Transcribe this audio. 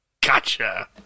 Gotcha